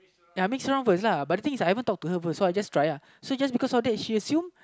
ya mix around first lah but the thing is I haven't talk to her first so I just try uh so because after that she assume